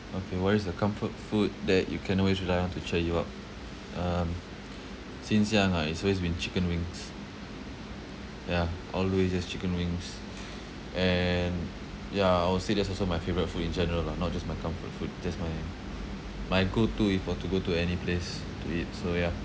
okay what is the comfort food that you can always rely on to cheer you up um since young ah it's always been chicken wings yeah always just chicken wings and yeah I would say that's also my favourite food in general lah not just my comfort food just my my go to if I were to go to any place to eat so ya